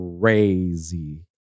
crazy